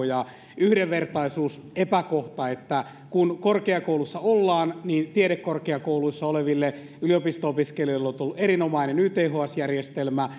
ja yhdenvertaisuusepäkohta että kun korkeakoulussa ollaan niin tiedekorkeakouluissa olevilla yliopisto opiskelijoilla on ollut erinomainen yths järjestelmä